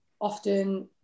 often